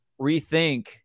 rethink –